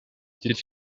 did